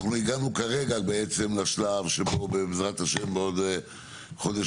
אנחנו הגענו כרגע בעצם לשלב שבו בעזרת השם בעוד חודש